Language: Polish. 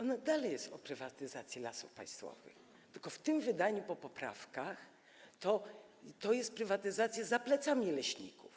Ona dalej jest o prywatyzacji Lasów Państwowych, tylko w tym wydaniu po poprawkach to jest prywatyzacja za plecami leśników,